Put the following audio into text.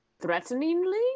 Threateningly